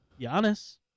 Giannis